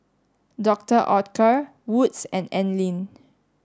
Doctor Oetker Wood's and Anlene